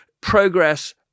progress